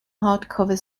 hardcover